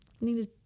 needed